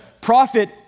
prophet